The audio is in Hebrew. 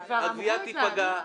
הגבייה תיפגע.